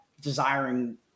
desiring